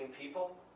people